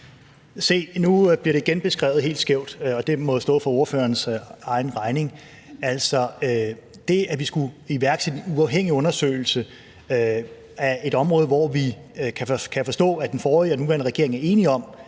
nu bliver det igen beskrevet helt skævt, og det må stå for ordførerens egen regning. Altså, at vi skulle iværksætte en uafhængig undersøgelse af et område, hvor vi – både den forrige og den nuværende regering, kan jeg